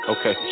Okay